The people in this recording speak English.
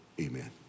amen